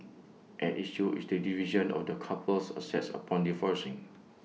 at issue is the division of the couple's assets upon divorcing